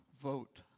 vote